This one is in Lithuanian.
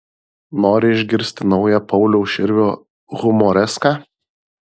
nori išgirsti naują pauliaus širvio humoreską